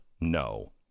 no